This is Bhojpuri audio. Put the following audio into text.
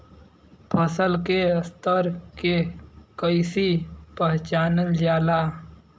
फसल के स्तर के कइसी पहचानल जाला